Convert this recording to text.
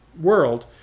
world